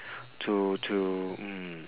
to to mm